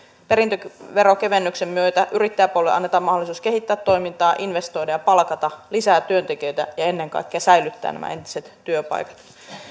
perintöveron kevennyksen myötä yrittäjäpuolelle annetaan mahdollisuus kehittää toimintaa investoida ja palkata lisää työntekijöitä ja ennen kaikkea säilyttää entiset työpaikat